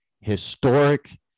historic